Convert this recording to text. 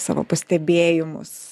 savo pastebėjimus